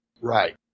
Right